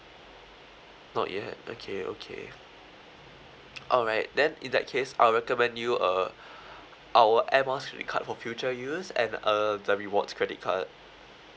not yet okay okay alright then in that case I'll recommend you a our air miles credit card for future use and uh the rewards credit card